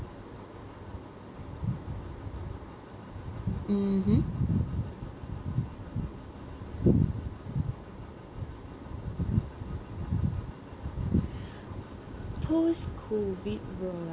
mmhmm post-COVID world